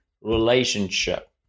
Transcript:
relationship